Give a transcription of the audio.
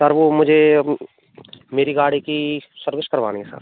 sir वह मुझे मेरी गाड़ी की सर्विस करवानी है सर